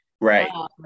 Right